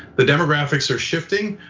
the demographics are shifting.